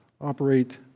operate